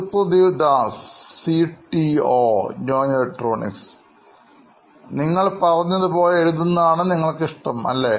സുപ്രതിവ് Das CTO നോയിൻ electronics നിങ്ങൾ പറഞ്ഞതുപോലെ എഴുതുന്നതാണ് നിങ്ങൾക്ക് ഇഷ്ടം അല്ലേ